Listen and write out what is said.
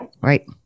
Right